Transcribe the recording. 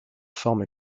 forme